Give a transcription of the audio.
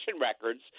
records